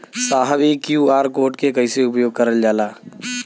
साहब इ QR code के कइसे उपयोग करल जाला?